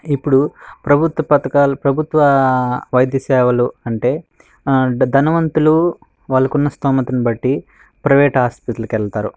ఇప్పుడు ప్రభుత్వ పథకాలు ప్రభుత్వ వైద్య సేవలు అంటే ఆ ధనవంతులు వాళ్ళకి ఉన్న స్థోమతని బట్టి ప్రైవేట్ హాస్పిటల్కి వెళ్తారు